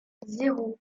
zéro